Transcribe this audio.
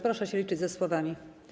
Proszę się liczyć ze słowami.